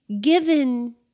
given